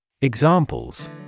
Examples